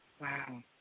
Wow